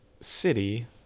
city